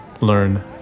learn